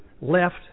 left